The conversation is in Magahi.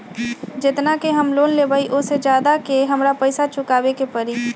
जेतना के हम लोन लेबई ओ से ज्यादा के हमरा पैसा चुकाबे के परी?